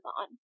on